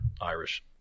Irish